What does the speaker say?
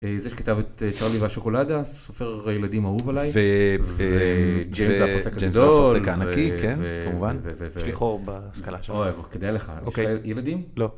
זה שכתב את צ'ארלי והשוקולדה, סופר ילדים אהוב עליי. וג'יימס אפרסק הגדול. ג'יימס אפרסק הענקי, כן, כמובן. יש לי חור בהשכלה שלי. כדאי לך. יש לך ילדים? לא.